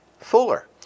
fuller